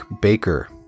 Baker